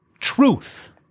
Truth